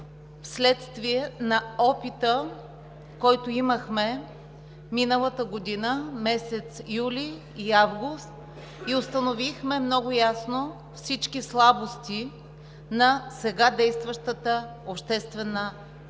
вследствие на опита, който имахме миналата година – месеците юли и август, и установихме много ясно всички слабости на сега действащата регулация